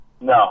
No